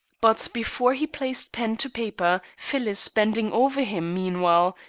but before he placed pen to paper, phyllis bending over him meanwhile,